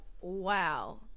wow